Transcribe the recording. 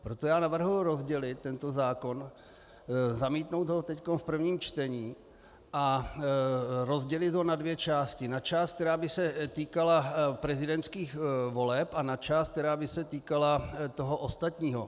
Proto navrhuji rozdělit tento zákon, zamítnout ho teď v prvním čtení a rozdělit ho na dvě části: na část, která by se týkala prezidentských voleb, a na část, která by se týkala toho ostatního.